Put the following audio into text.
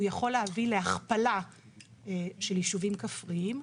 הוא יכול להביא לכפלה של יישובים כפריים בפוטנציאל,